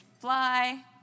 fly